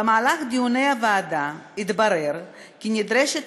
במהלך דיוני הוועדה התברר כי נדרשת